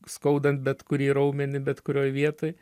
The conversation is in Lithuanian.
skaudant bet kurį raumenį bet kurioj vietoj